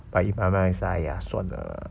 but if I might as well !aiya! 算了